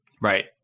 Right